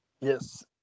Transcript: Yes